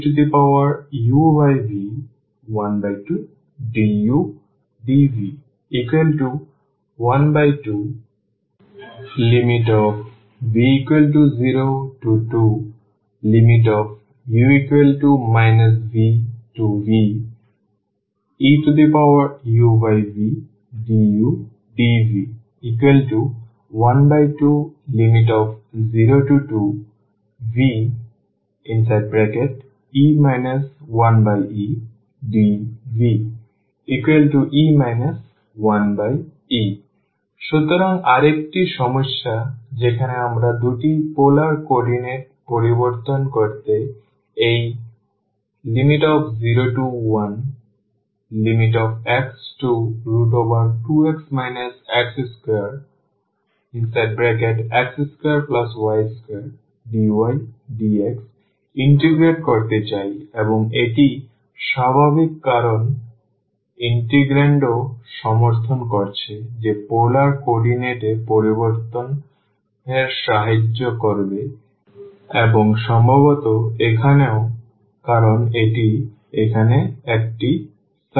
তাই Sey xyxdxdyTeuv12dudv 12v02u vveuvdudv 1202ve 1edv e 1e সুতরাং আরেকটি সমস্যা যেখানে আমরা দুটি পোলার কোঅর্ডিনেট পরিবর্তন করে এই 01x2x x2x2y2dydx ইন্টিগ্রেট করতে চাই এবং এটি স্বাভাবিক কারণ ইন্টিগ্রান্ডও সমর্থন করছে যে পোলার কোঅর্ডিনেট এ পরিবর্তন সাহায্য করবে এবং সম্ভবত এখানেও কারণ এটি এখানে একটি circle